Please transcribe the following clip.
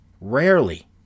rarely